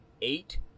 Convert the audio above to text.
eight-